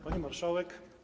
Pani Marszałek!